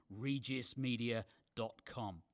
regismedia.com